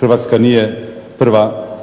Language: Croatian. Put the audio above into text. Hrvatska nije prva